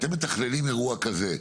אתם מתכננים אירוע כזה,